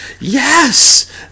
yes